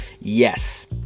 yes